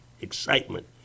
excitement